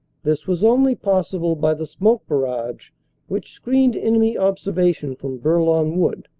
this was only possible by the smoke barrage which screened enemy observation from bourlon wood,